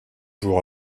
jours